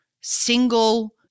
single